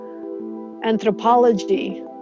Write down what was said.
anthropology